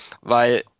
weil